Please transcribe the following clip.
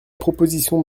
proposition